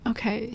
Okay